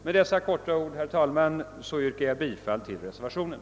Med dessa korta ord, herr talman, yrkar jag bifall till reservationen.